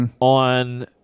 On